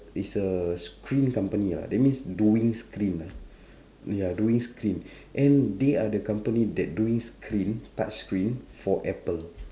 it's a screen company ah that means doing screen ah ya doing screen and they are the company that doing screen touchscreen for apple